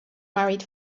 married